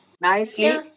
Nicely